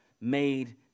made